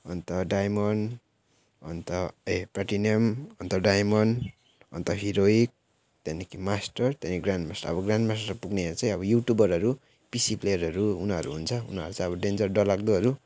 अन्त डायमन्ड अन्त ए प्ल्याटिनियम अन्त डायमन्ड अन्त हिरोइक अन्त मास्टर त्यहाँदेखि ग्रान्ड मास्टर अब ग्रान्ड मास्टर पुग्ने चाहिँ अब युट्युबरहरू पिसी प्लेयरहरू उनीहरू हुन्छ उनीहरू चाहिँ अब डेन्जर डर लाग्दोहरू